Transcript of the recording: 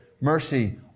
mercy